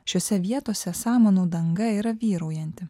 šiose vietose samanų danga yra vyraujanti